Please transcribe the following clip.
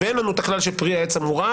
ואין לנו את הכלל של פרי העץ המורעל